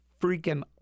freaking